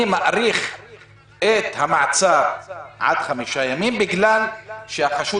אני מאריך את המעצר עד חמישה ימים בגלל שהחשוד